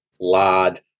lard